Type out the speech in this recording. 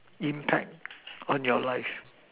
impact on your life